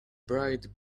bright